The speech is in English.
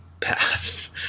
Path